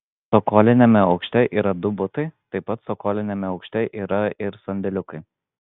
cokoliniame aukšte yra du butai taip pat cokoliniame aukšte yra ir sandėliukai